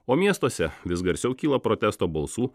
o miestuose vis garsiau kyla protesto balsų